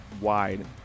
wide